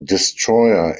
destroyer